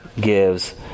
gives